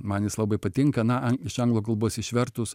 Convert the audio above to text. man jis labai patinka iš anglų kalbos išvertus